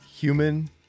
human